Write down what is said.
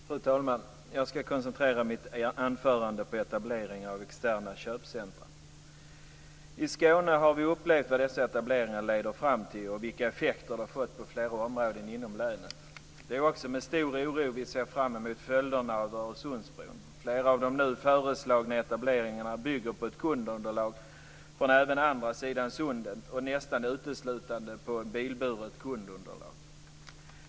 Fru talman! Jag skall koncentrera mitt anförande på etablering av externa köpcentrum. I Skåne har vi upplevt vad dessa etableringar leder fram till och vilka effekter de har fått på flera områden inom länet. Det är också med stor oro vi ser fram emot följderna av Öresundsbron. Flera av de nu föreslagna etableringarna bygger på ett kundunderlag även från andra sidan sundet, och nästan uteslutande på ett bilburet kundunderlag.